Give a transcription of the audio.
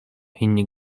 inni